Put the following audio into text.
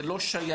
זה לא שייך.